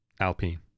Alpine